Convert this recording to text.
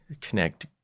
connect